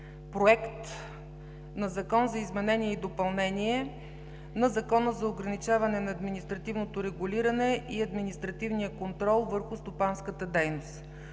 Проект на Закон за изменение и допълнение на Закона за ограничаване на административното регулиране и административния контрол върху стопанската дейност.